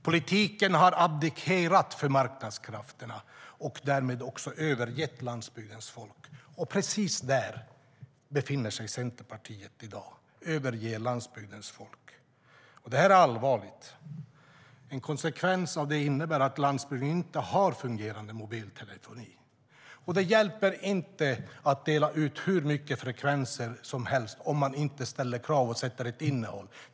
Politiken har abdikerat för marknadskrafterna och därmed också övergett landsbygdens folk. Precis där befinner sig Centerpartiet i dag. Man har övergett landsbygdens folk. Det är allvarligt. En konsekvens av det är att landsbygden inte har fungerande mobiltelefoni. Det hjälper inte att dela ut hur mycket frekvenser som helst om man inte ställer krav och sätter ett innehåll.